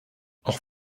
auch